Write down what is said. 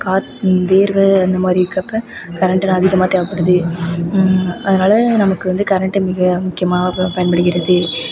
காத் வேர்வை அந்த மாதிரி இருக்கறப்ப கரெண்ட்டு தான் அதிகமாக தேவைப்படுது அதனால் நமக்கு வந்து கரெண்ட்டு மிக முக்கியமாக பயன்படுகிறது